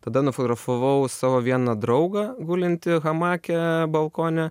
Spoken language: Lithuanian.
tada nufotografavau savo vieną draugą gulintį hamake balkone